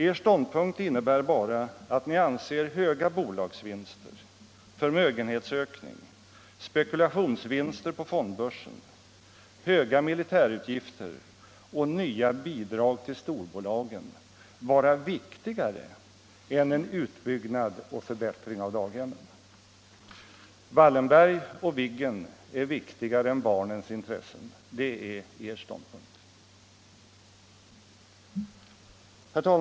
Er ståndpunkt innebär bara att ni anser höga bolagsvinster, förmögenhetsökning, spekulationsvinster på fondbörsen, höga militärutgifter och nya bidrag till storbolagen vara viktigare än en utbyggnad och förbättring av daghemmen. Wallenberg och Viggen är viktigare än barnens intressen — det är er ståndpunkt.